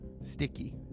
Sticky